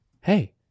hey